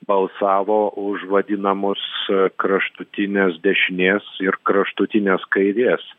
balsavo už vadinamus kraštutinės dešinės ir kraštutinės kairės